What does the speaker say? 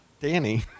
Danny